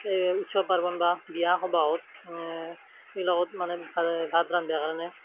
এই উৎসৱ পাৰ্বণ বা বিয়া সবাহত বিলাকত মানে ভাত ৰন্ধাৰ কাৰণে